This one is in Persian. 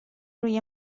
روی